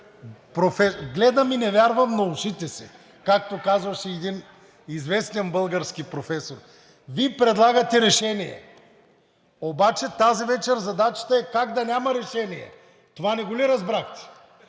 Гледам и не вярвам на ушите си, както казваше един известен български професор. Вие предлагате решение, обаче тази вечер задачата е как да няма решение. Това не го ли разбрахте?